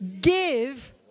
give